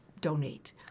donate